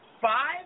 five